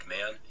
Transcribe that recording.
man